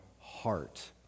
heart